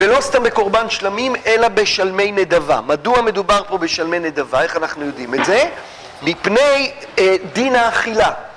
ולא סתם בקורבן שלמים, אלא בשלמי נדבה. מדוע מדובר פה בשלמי נדבה, איך אנחנו יודעים את זה? מפני דין האכילה.